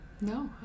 No